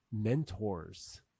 mentors